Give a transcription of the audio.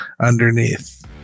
underneath